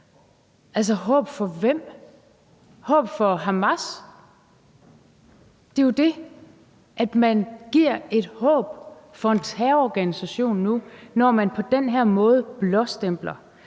håb for hvem? Et håb for Hamas? Det er jo det, at man giver et håb for en terrororganisation nu, når man på den her måde blåstempler